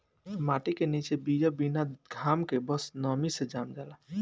माटी के निचे बिया बिना घाम के बस नमी से जाम जाला